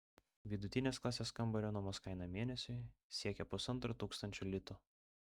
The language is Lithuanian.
vidutinės klasės kambario nuomos kaina mėnesiui siekia pusantro tūkstančio litų